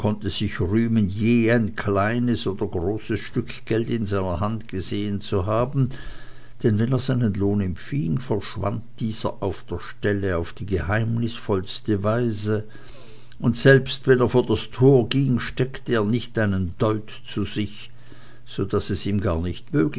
sich rühmen je ein kleines oder großes stück geld in seiner hand gesehen zu haben denn wenn er seinen lohn empfing verschwand diesen auf der stelle auf die geheimnisvollste weise und selbst wenn er vor das tor ging steckte er nicht einen deut zu sich so daß es ihm gar nicht